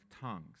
tongues